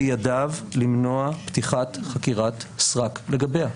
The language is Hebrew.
בידיו למנוע פתיחת חקירת סרק לגביה.